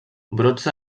brots